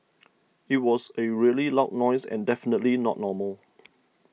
it was a really loud noise and definitely not normal